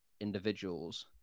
individuals